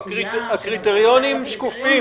הקריטריונים שקופים,